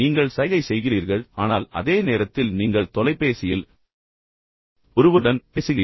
எனவே நீங்கள் சைகை செய்கிறீர்கள் ஆனால் அதே நேரத்தில் நீங்கள் தொலைபேசியில் ஒருவருடன் பேசுகிறீர்கள்